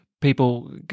people